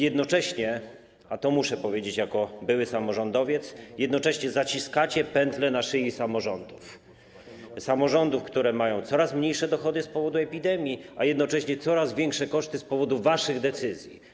Jednocześnie, i to muszę powiedzieć jako były samorządowiec, zaciskacie pętlę na szyi samorządów, które mają coraz mniejsze dochody z powodu epidemii, a jednocześnie - coraz większe koszty z powodu waszych decyzji.